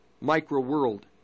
micro-world